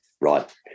Right